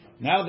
Now